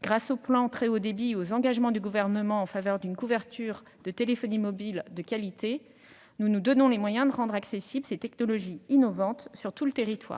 Grâce au plan très haut débit et aux engagements du Gouvernement en faveur d'une couverture de téléphonie mobile de qualité, nous nous donnons les moyens de rendre ces technologies innovantes accessibles